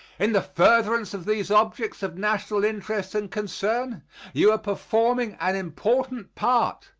in the furtherance of these objects of national interest and concern you are performing an important part.